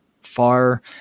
far